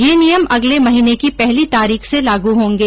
ये नियम अगले महीने की पहली तारीख से लाग होंगे